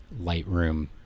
lightroom